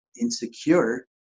insecure